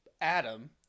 Adam